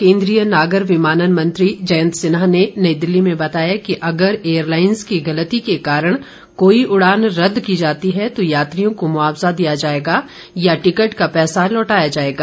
केन्द्रीय नागर विमानन मंत्री जयंत सिन्हा ने नई दिल्ली में बताया कि अगर एयरलाइंस की गलती के कारण कोई उड़ान रद्द की जाती है तो यात्रियों को मुआवजा दिया जाएगा या टिकट का पैसा लौटाया जाएगा